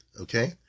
okay